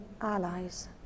allies